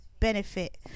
benefit